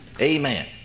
Amen